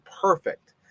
perfect